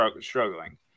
struggling